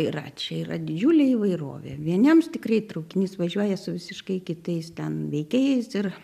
yra čia yra didžiulė įvairovė vieniems tikrai traukinys važiuoja su visiškai kitais ten veikėjais ir